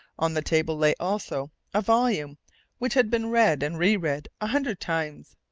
on the table lay also a volume which had been read and re-read a hundred times.